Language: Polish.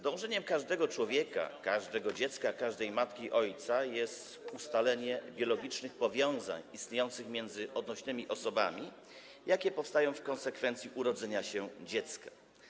Dążeniem każdego człowieka, każdego dziecka, każdej matki i ojca, jest ustalenie biologicznych powiązań istniejących między odnośnymi osobami, jakie powstają w konsekwencji urodzenia się dziecka.